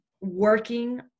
working